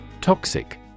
Toxic